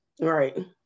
Right